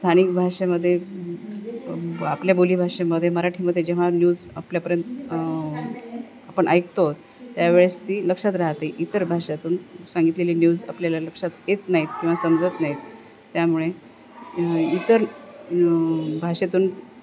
स्थानिक भाषेमध्ये आपल्या बोली भााषेमध्ये मराठीमध्ये जेव्हा न्यूज आपल्यापर्यंत आपण ऐकतो त्यावेळेस ती लक्षात राहते इतर भाषातून सांगितलेली न्यूज आपल्याला लक्षात येत नाहीत किंवा समजत नाहीत त्यामुळे इतर भाषेतून